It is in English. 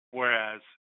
Whereas